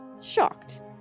shocked